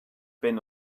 been